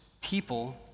people